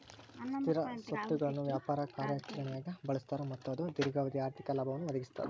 ಸ್ಥಿರ ಸ್ವತ್ತುಗಳನ್ನ ವ್ಯಾಪಾರ ಕಾರ್ಯಾಚರಣ್ಯಾಗ್ ಬಳಸ್ತಾರ ಮತ್ತ ಅದು ದೇರ್ಘಾವಧಿ ಆರ್ಥಿಕ ಲಾಭವನ್ನ ಒದಗಿಸ್ತದ